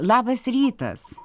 labas rytas